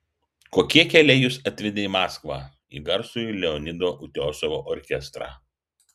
kokie keliai jus atvedė į maskvą į garsųjį leonido utiosovo orkestrą